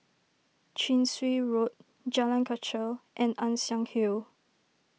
Chin Swee Road Jalan Kechil and Ann Siang Hill